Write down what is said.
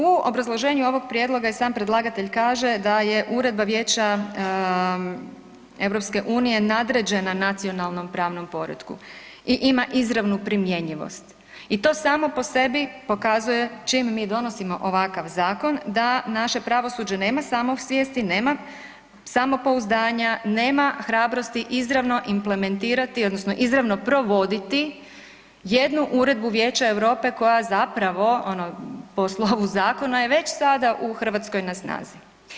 U obrazloženju ovog prijedloga i sam predlagatelj kaže da je uredba vijeća EU nadređena nacionalnom pravnom poretku i ima izravnu primjenjivost i to samo po sebi pokazuje čim mi donosimo ovakav zakon, da naše pravosuđe nema samosvijesti, nema samopouzdanja, nema hrabrosti izravno implementirati, odnosno izravno provoditi jednu uredbu Vijeća EU koja zapravo, ono po slovu zakona je već sada u Hrvatskoj na snazi.